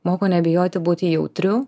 moko nebijoti būti jautriu